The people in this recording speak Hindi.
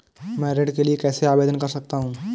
मैं ऋण के लिए कैसे आवेदन कर सकता हूं?